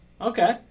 Okay